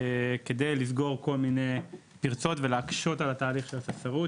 כדי לסגור כל מיני פרצות ולהקשות על התהליך של הספסרות